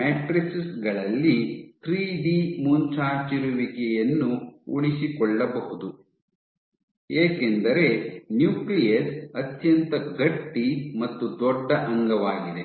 matrix ಗಳಲ್ಲಿ three D ಮುಂಚಾಚಿರುವಿಕೆಯನ್ನು ಉಳಿಸಿಕೊಳ್ಳಬಹುದು ಏಕೆಂದರೆ ನ್ಯೂಕ್ಲಿಯಸ್ ಅತ್ಯಂತ ಗಟ್ಟಿ ಮತ್ತು ದೊಡ್ಡ ಅಂಗವಾಗಿದೆ